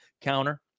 counter